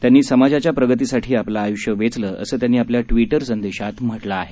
त्यांनी समाजाच्या प्रगतीसाठी आपलं आयुष्य वेचलं असं त्यांनी आपल्या ट्वीटर संदेशात म्हटलं आहे